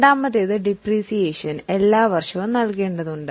രണ്ടാമത്തേത് ഡിപ്രീസിയേഷൻ എല്ലാ വർഷവും നൽകേണ്ടതുണ്ട്